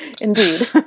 Indeed